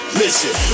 listen